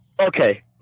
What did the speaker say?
okay